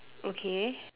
okay